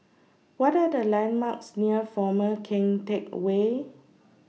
What Are The landmarks near Former Keng Teck Whay